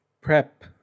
PrEP